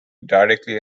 directly